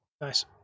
Nice